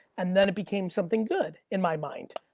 and then it became something good in my mind,